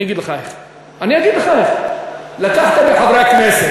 אני אגיד לך איך אני אגיד לך איך: לקחת מחברי הכנסת,